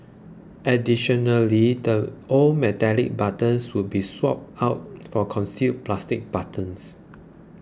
additionally the old metallic buttons will be swapped out for concealed plastic buttons